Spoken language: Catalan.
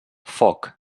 foc